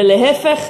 ולהפך,